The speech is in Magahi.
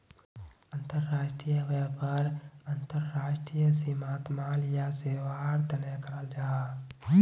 अंतर्राष्ट्रीय व्यापार अंतर्राष्ट्रीय सीमात माल या सेवार तने कराल जाहा